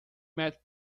met